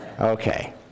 Okay